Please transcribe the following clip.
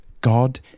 God